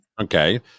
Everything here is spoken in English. Okay